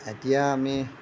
এতিয়া আমি